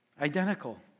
identical